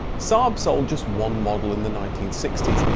saab sold just one model in the nineteen sixty s,